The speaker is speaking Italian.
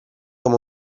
come